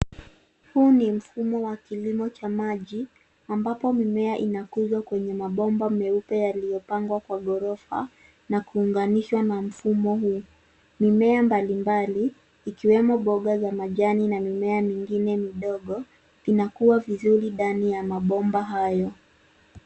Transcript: Huu ni mfumo wa kilimo cha maji ambapo mimea inakuzwa kwenye mabomba meupe yaliyopangwa kwa gorofa na kuunganishwa na mfumo huu. Mimea mbalimbali ikiwemo mboga za majani na mimea mingine midogo inakua vizuri ndani ya mabomba hayo.